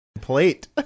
plate